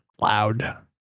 loud